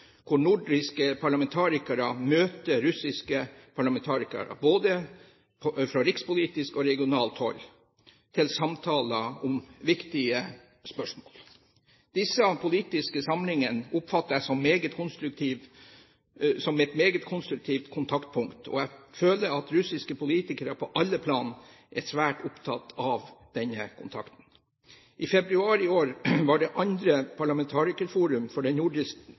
hvor nordiske parlamentarikere møter russiske parlamentarikere, både fra rikspolitisk og regionalt hold, til samtaler om viktige spørsmål. Disse politiske samlingene oppfatter jeg som et meget konstruktivt kontaktpunkt. Jeg føler at russiske politikere på alle plan er svært opptatt av denne kontakten. I februar i år var det andre parlamentarikerforum for Den